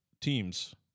teams